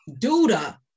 Duda